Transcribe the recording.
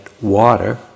water